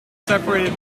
separated